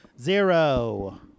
Zero